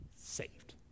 saved